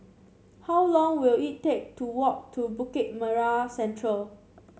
how long will it take to walk to Bukit Merah Central